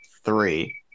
three